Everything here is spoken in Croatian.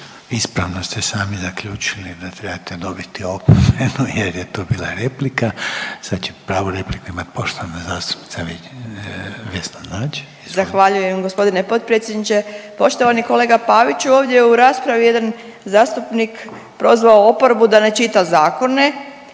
Ispravno ste sami zaključili da trebate dobiti opomenu jer je to bila replika, sad će pravu repliku imat poštovana zastupnica Vesna Nađ, izvolite. **Nađ, Vesna (Socijaldemokrati)** Zahvaljujem g. potpredsjedniče. Poštovani kolega Paviću, ovdje je u raspravi jedan zastupnik prozvao oporbu da ne čita zakone